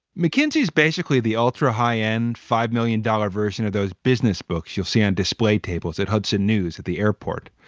mckinsey's basically the ultra high end, five million dollar version of those business books you'll see on display tables at hudson news at the airport.